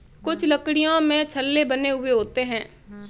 कुछ लकड़ियों में छल्ले बने हुए होते हैं